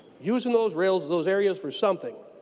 using those rails those areas for something.